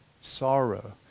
sorrow